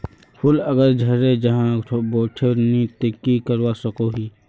फूल अगर झरे जहा बोठो नी ते की करवा सकोहो ही?